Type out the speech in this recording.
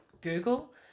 Google